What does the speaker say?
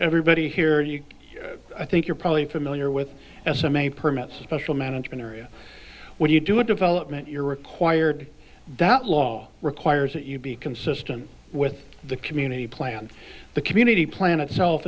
everybody hears you i think you're probably familiar with f e m a permits special management area when you do a development you're required that law requires that you be consistent with the community plan the community plan itself